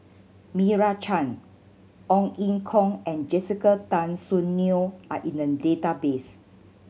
Meira Chand Ong Ye Kung and Jessica Tan Soon Neo are in the database